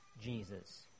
Jesus